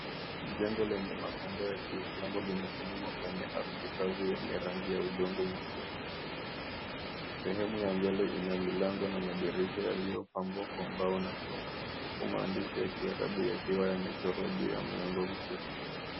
Jengo lenye mapambo ya kiislamu limesimama kwenye ardhi kavu yenye rangi ya udongo mwekundu. Sehemu ya mbele ina milango na madirisha yaliyopambwa kwa mbao na chuma, huku maandishi ya kiarabu yakiwa yamechorwa ju ya mlango mkuu.